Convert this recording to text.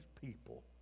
people